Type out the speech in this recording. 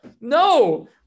No